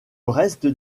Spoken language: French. reste